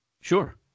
Sure